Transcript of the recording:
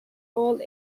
all